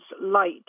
light